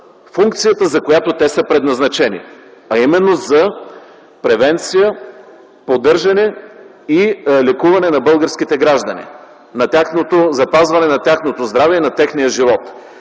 функцията, за която те са предназначени, а именно за превенция, поддържане и лекуване на българските граждани, на тяхното запазване, на тяхното здраве и на техния живот.